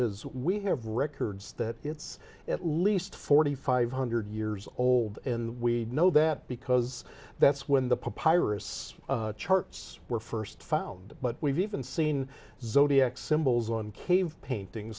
as we have records that it's at least forty five hundred years old and we know that because that's when the pirates charts were first found but we've even seen zodiac symbols on cave paint